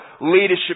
leadership